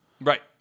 Right